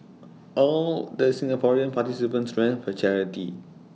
all the Singaporean participants ran for charity